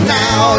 now